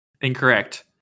Incorrect